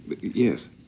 Yes